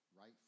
right